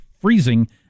freezing